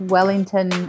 Wellington